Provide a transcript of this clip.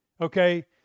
Okay